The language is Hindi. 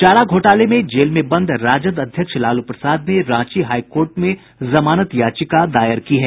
चारा घोटाले में जेल में बंद राजद अध्यक्ष लालू प्रसाद ने रांची हाईकोर्ट में जमानत याचिका दायर की है